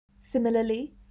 Similarly